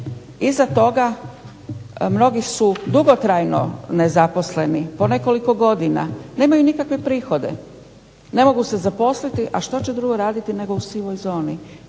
Iza toga mnogi su dugotrajno nezaposleni po nekoliko godina, nemaju nikakve prihode, ne mogu se zaposliti. A što će drugo raditi nego u sivoj zoni?